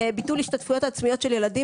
(שקף: ביטול ההשתתפויות העצמיות של ילדים).